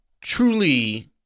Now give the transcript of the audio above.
truly